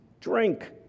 drink